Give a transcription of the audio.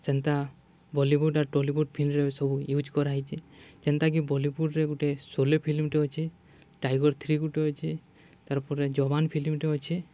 ସେନ୍ତା ବଲିଉଡ଼୍ ଆର୍ ଟଲିଉଡ଼୍ ଫିଲ୍ମ୍ରେ ସବୁ ୟୁଜ୍ କରାହେଇଚେ ଯେନ୍ତାକି ବଲିଉଡ଼୍ରେ ଗୁଟେ ସୋଲେ ଫିଲ୍ମ୍ଟେ ଅଛେ ଟାଇଗର୍ ଥ୍ରୀ ଗୁଟେ ଅଛେ ତାର୍ପରେ ଜବାନ୍ ଫିଲ୍ମ୍ଟେ ଅଛେ